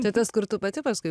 čia tas kur tu pati paskui